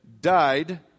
died